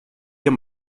hier